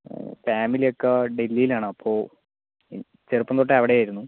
ഫാമിലിയൊക്കെ ഡെൽഹിയിലാണ് അപ്പോൾ ചെറുപ്പം തൊട്ടെ അവിടെയായിരുന്നു